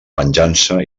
venjança